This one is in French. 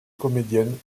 comédienne